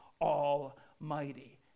almighty